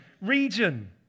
region